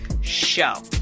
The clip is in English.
show